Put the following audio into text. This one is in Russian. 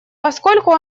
поскольку